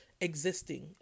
existing